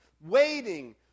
waiting